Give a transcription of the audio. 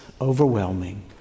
overwhelming